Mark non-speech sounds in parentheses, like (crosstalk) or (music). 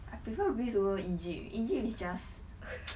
I prefer greece over egypt egypt is just (noise)